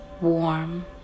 warm